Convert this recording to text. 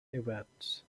events